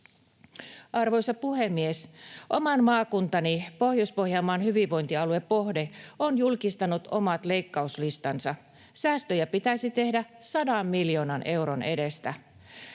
Arvoisa puhemies! Oman maakuntani Pohjois-Pohjanmaan hyvinvointialue Pohde on julkistanut omat leikkauslistansa. Säästöjä pitäisi tehdä sadan miljoonan euron edestä.